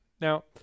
Now